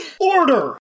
Order